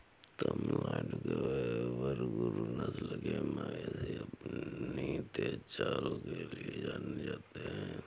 तमिलनाडु के बरगुर नस्ल के मवेशी अपनी तेज चाल के लिए जाने जाते हैं